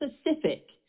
specific